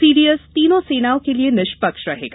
सी D S तीनों सेनाओं के लिए निष्पक्ष रहेगा